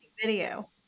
Video